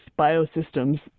biosystems